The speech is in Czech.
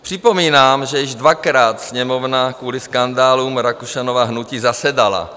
Připomínám, že již dvakrát Sněmovna kvůli skandálům Rakušanova hnutí zasedala.